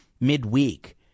midweek